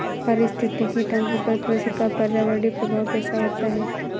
पारिस्थितिकी तंत्र पर कृषि का पर्यावरणीय प्रभाव कैसा होता है?